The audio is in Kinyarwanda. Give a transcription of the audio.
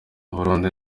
burundi